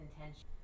intention